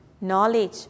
knowledge